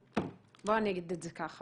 אני אגיד את זה כך,